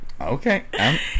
okay